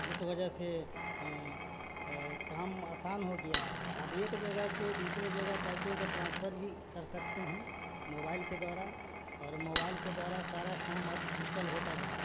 जिस वजह से काम आसान हो गया है अब एक जगह से दूसरे जगह पैसे को ट्रांसफर भी कर सकते हैं मोबाइल के द्वारा और मोबाइल के द्वारा सारा काम डिजिटल होता जा रहा है